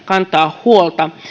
kantaa huolta